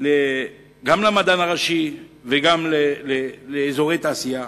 גם למדען הראשי וגם לאזורי תעשייה,